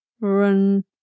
run